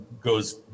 goes